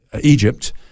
Egypt